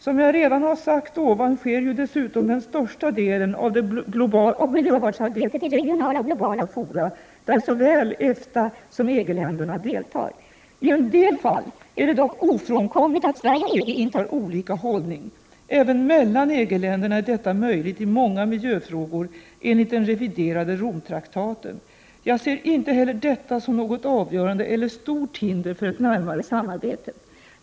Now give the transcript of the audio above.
Som jag redan har sagt ovan sker ju dessutom den största delen av det miljövårdsarbetet i regionala och globala fora, där såväl EFTA som EG-länderna deltar. I en del fall är det dock ofrånkomligt att Sverige och EG intar olika hållningar. Även mellan EG-länderna är detta möjligt i många miljöfrågor enligt den reviderade Romtraktaten. Jag ser inte heller detta som något avgörande eller stort hinder för ett närmare samarbete.